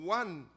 one